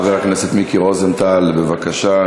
חבר הכנסת מיקי רוזנטל, בבקשה.